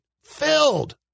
filled